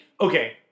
okay